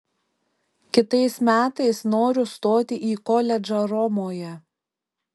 kitais metais noriu stoti į koledžą romoje